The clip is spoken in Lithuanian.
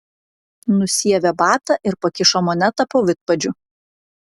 nusiavė batą ir pakišo monetą po vidpadžiu